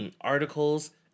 articles